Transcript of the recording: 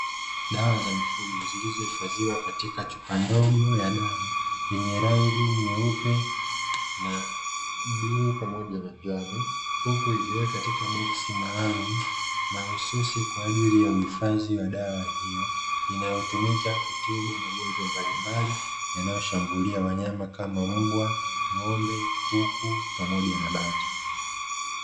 Dawa za mifugo zilizohifadhiwa katika chupa ndogo ya dawa, yenye rangi nyeupe na bluu pamoja na njano, huku ikiwekwa katika boksi maalumu mahususi kwa ajili ya uhifadhi wa dawa hiyo, inayotumika kutibu magongwa mbalimbali yanayoshambulia wanyama, kama mbwa, ng'ombe, kuku pamoja na bata.